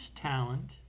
talent